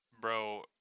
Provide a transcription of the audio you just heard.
bro